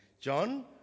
John